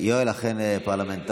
יואל אכן פרלמנטר.